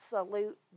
absolute